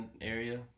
area